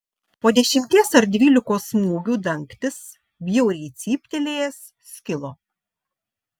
po dešimties ar dvylikos smūgių dangtis bjauriai cyptelėjęs skilo